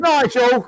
Nigel